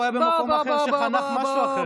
הוא היה במקום אחר וחנך משהו אחר.